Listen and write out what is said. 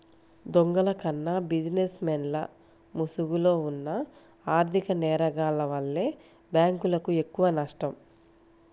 దొంగల కన్నా బిజినెస్ మెన్ల ముసుగులో ఉన్న ఆర్ధిక నేరగాల్ల వల్లే బ్యేంకులకు ఎక్కువనష్టం